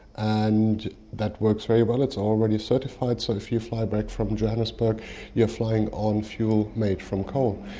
and that works very well. it's already certified, so if you fly back from johannesburg you're flying on fuel made from coal.